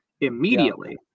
immediately